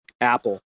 apple